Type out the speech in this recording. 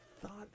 thought